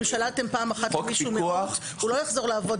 לא.